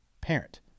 parent